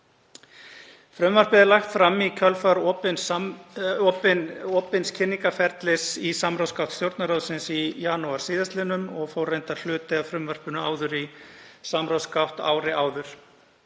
Frumvarpið er lagt fram í kjölfar opins kynningarferlis í samráðsgátt Stjórnarráðsins í janúar síðastliðnum, og fór reyndar hluti af frumvarpinu í samráðsgátt ári áður.